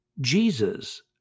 Jesus